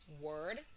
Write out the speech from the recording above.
word